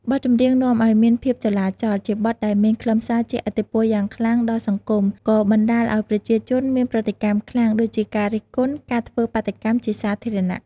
បទចម្រៀងនាំឱ្យមានភាពចលាចល ជាបទដែលមានខ្លឹមសារជះឥទ្ធិពលយ៉ាងខ្លាំងដល់សង្គម ក៏បណ្តាលឱ្យប្រជាជនមានប្រតិកម្មខ្លាំង ដូចជាការរិះគន់ ការធ្វើបាតុកម្មជាសាធារណៈ។